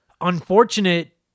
unfortunate